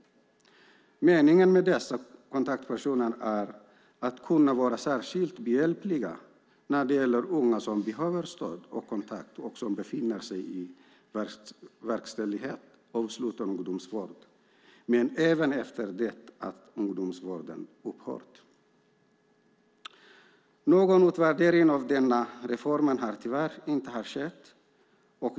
Meningen med dessa kontaktpersoner är att de ska kunna vara särskilt behjälpliga när det gäller unga som behöver stöd och kontakt och som befinner sig i verkställighet av sluten ungdomsvård, men även efter det att ungdomsvården upphört. Någon utvärdering av denna reform har tyvärr inte skett.